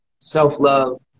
self-love